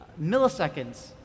milliseconds